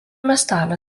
miestelio